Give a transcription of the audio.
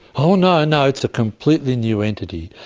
oh no, no, it's a completely new entity.